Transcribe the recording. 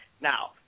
Now